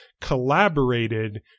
collaborated